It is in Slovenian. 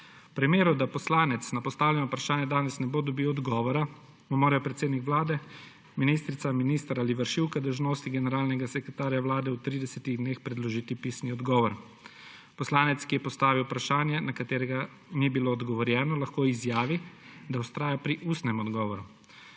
V primeru, da poslanec na postavljeno vprašanje danes ne bo dobil odgovora, mu morajo predsednik Vlade, ministrica, minister ali vršilka dolžnosti generalnega sekretarja Vlade v tridesetih dneh predložiti pisni odgovor. Poslanec, ki je postavil vprašanje, na katerega ni bilo odgovorjeno, lahko izjavi, da vztraja pri ustnem odgovoru.